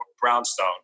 brownstone